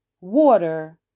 water